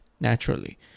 naturally